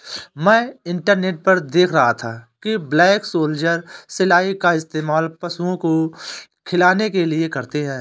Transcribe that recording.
मैं इंटरनेट पर देख रहा था कि ब्लैक सोल्जर सिलाई का इस्तेमाल पशुओं को खिलाने के लिए करते हैं